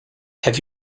have